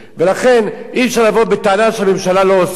ולכן, אי-אפשר לבוא בטענה שהממשלה לא עושה.